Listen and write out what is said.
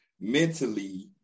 mentally